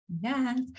Yes